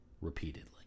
repeatedly